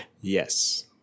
Yes